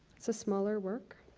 so smaller work.